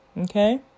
Okay